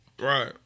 right